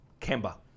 Kemba